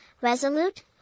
resolute